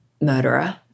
murderer